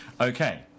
okay